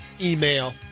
email